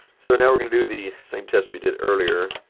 so now, we're going to do the same test we did earlier.